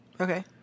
Okay